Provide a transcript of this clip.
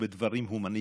בדברים הומניסטיים,